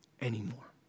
Anymore